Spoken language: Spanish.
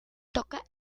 toca